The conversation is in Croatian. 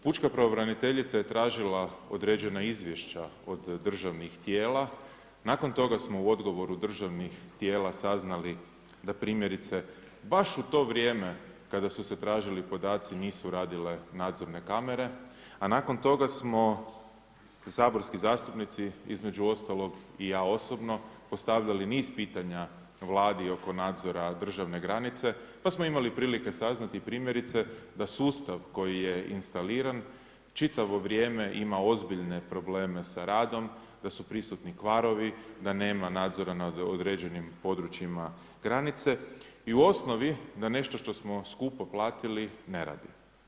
Pučka pravobraniteljica je tražila određena izvješća od državnih tijela, nakon toga, smo u odgovoru državnih tijela saznali, da primjerice baš u to vrijeme, kad su se tražili podaci, nisu radile nadzorne kamere, a nakon toga smo, saborski zastupnici i ja osobno postavljali niz pitanja vladi oko nadzora državne granice, pa smo imali saznati primjerice, da sustav koji je instaliran čitavo vrijeme ima ozbiljne probleme s radom, da u prisutni kvarovi, da nema nadzora nad određenim područjima granice i u osnovni da nešto što smo skupo platiti ne radi.